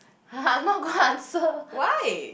[huh] I'm not gonna answer